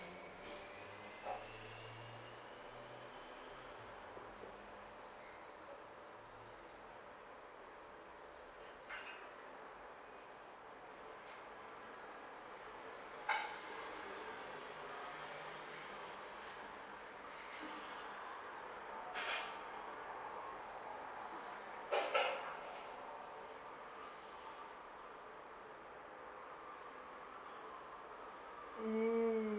mm